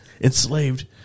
Enslaved